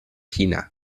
china